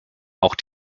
auch